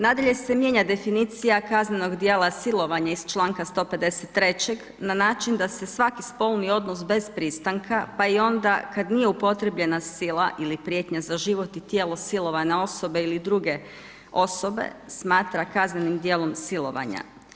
Nadalje se mijenja definicija kaznenog djela silovanja iz članka 153. na način da se svaki spolni odnos bez pristanka pa i onda kada nije upotrjebljena sila ili prijetnja za život i tijelo silovane osobe ili druge osobe smatra kaznenim djelom silovanja.